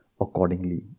accordingly